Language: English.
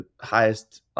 highest